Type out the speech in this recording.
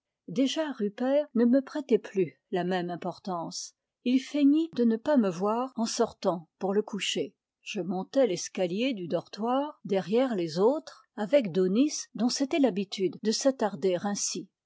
déjà rupert ne me prêtait plus la même importance il feignit de ne pas me voir en sortant pour le coucher je montai l'escalier du dortoir derrière les autres avec daunis dont c'était l'habitude de s'attarder ainsi